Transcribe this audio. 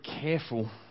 careful